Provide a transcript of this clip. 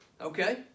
Okay